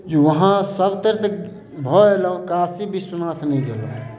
उहाँ सभतरि तऽ भऽ अयलहुॅं काशी बिश्वनाथ नहि गेलहुॅं